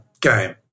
game